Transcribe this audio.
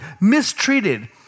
mistreated